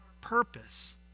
purpose